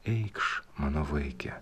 eikš mano vaike